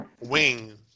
wing